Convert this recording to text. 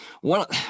one